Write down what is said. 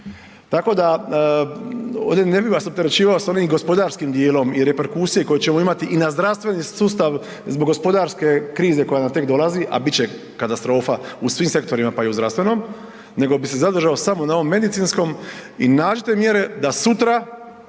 Tako da ovdje ne bih vas opterećivao s onim gospodarskim dijelom i reperkusije koje ćemo imati i na zdravstveni sustav zbog gospodarske krize koja nam tek dolazi, a bit će katastrofa u svim sektorima pa i u zdravstvenom nego bi se zadržao samo na ovom medicinskom. I nađite mjere da sutra